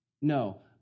No